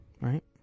right